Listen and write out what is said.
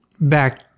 back